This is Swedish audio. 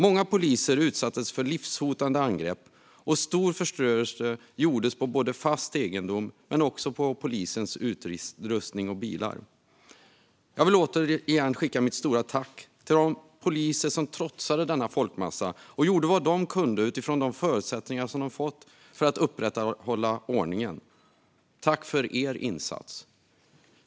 Många poliser utsattes för livshotande angrepp, och det blev stor förstörelse både på fast egendom och på polisens utrustning och bilar. Jag vill återigen sända mitt stora tack till de poliser som trotsade denna folkmassa och gjorde vad de kunde utifrån de förutsättningar som de fått för att upprätthålla ordningen. Tack för er insats!